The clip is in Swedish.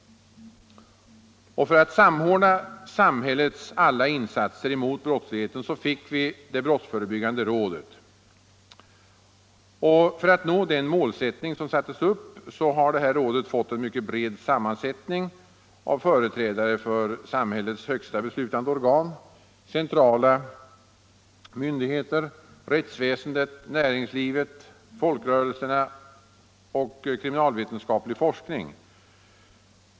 För att samordna samhällets alla insatser mot brottsligheten fick vi det brottsförebyggande rådet. För att nå den målsättning som sattes upp har det här rådet fått en mycket bred sammansättning av företrädare för samhällets högsta beslutande organ, centrala myndigheter, rättsväsendet, näringslivet, folkrörelserna och kriminalvetenskaplig forskning.